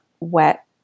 wet